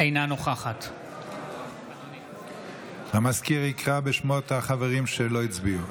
אינה נוכחת המזכיר יקרא בשמות החברים שלא הצביעו.